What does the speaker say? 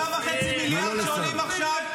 3.5 מיליארד שעולים עכשיו,